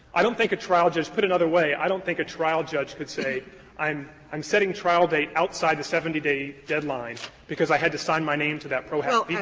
i don't think a trial judge put another way, i don't think a trial judge could say i'm i'm setting trial date outside the seventy day deadline because i had to sign my name to that pro haec yeah